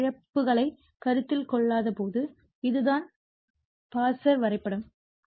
எனவே இழப்புகளை கருத்தில் கொள்ளாதபோது இதுதான் பாசர் வரைபடம்